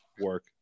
work